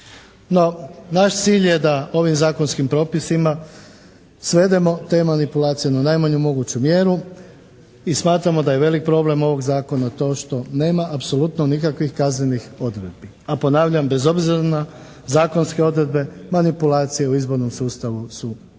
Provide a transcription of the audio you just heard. naš cilj je da ovim zakonskim propisima svedemo te manipulacije na najmanju moguću mjeru i smatramo da je velik problem ovog Zakona to što nema apsolutno nikakvih kaznenih odredbi, a ponavljam, bez obzira na zakonske odredbe, manipulacije u izbornom sustavu su itekako